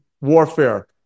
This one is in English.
Warfare